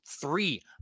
three